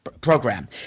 program